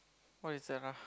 what is that lah